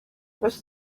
was